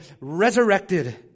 resurrected